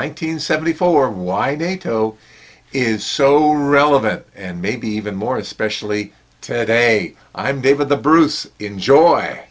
hundred seventy four why nato is so relevant and maybe even more especially today i'm david the bruce enjoy